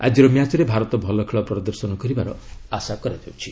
ଆଜିର ମ୍ୟାଚ୍ରେ ଭାରତ ଭଲ ଖେଳ ପ୍ରଦର୍ଶନ କରିବାର ଆଶା କରାଯାଉଛି